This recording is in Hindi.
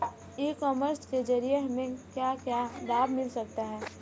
ई कॉमर्स के ज़रिए हमें क्या क्या लाभ मिल सकता है?